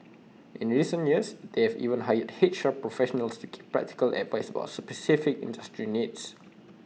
in recent years they have even hired H R professionals to give practical advice about specific industry needs